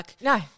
No